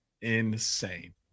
insane